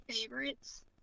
favorites